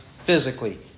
physically